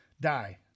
Die